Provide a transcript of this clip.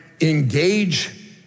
engage